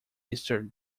esther